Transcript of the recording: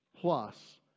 plus